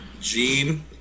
gene